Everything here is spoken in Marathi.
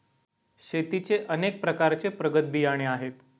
शेतीचे अनेक प्रकारचे प्रगत बियाणे आहेत